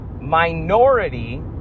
minority